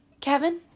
Kevin